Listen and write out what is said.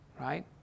right